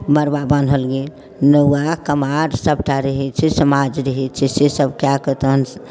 मरबा बान्हल गेल नौआ कुम्हार सबटा रहै छै समाज रहै छै से सब कए कऽ तहन